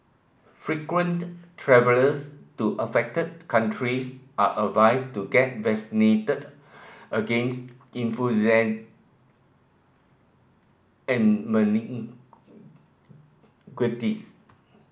frequent travellers to affected countries are advised to get vaccinated against influenza and